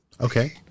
Okay